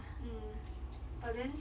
嗯 but then